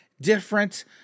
different